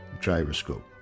gyroscope